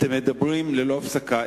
אתם מדברים ללא הפסקה.